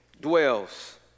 dwells